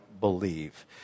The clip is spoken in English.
believe